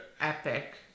Epic